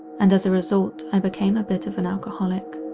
and as a result i became a bit of an alcoholic.